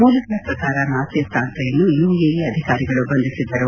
ಮೂಲಗಳ ಪ್ರಕಾರ ನಾಸೀರ್ ತಾಂಟ್ರೆಯನ್ನು ಯುಎಇ ಅಧಿಕಾರಿಗಳು ಬಂಧಿಸಿದ್ದರು